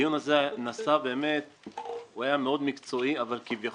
הדיון הזה היה מאוד מקצועי, אבל כביכול